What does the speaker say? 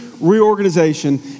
reorganization